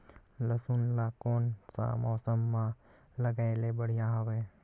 लसुन ला कोन सा मौसम मां लगाय ले बढ़िया हवे?